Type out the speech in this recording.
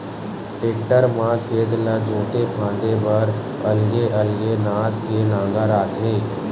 tractor म खेत ला जोते फांदे बर अलगे अलगे नास के नांगर आथे